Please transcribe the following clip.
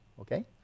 okay